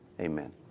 Amen